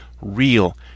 real